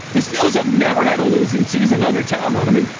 the steelers have never had a losing season under tomlin. i mean,